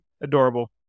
Adorable